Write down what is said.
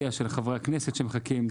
חברי הכנסת שמחכים.